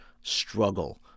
struggle